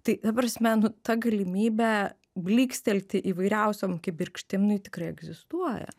tai ta prasme nu ta galimybė blykstelti įvairiausiom kibirkštim nu ji tikrai egzistuoja